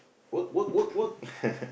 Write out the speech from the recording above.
work work work work